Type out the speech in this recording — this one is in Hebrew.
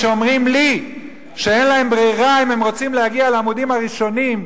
שאומרים לי שאין להם ברירה אם הם רוצים להגיע לעמודים הראשונים,